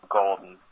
golden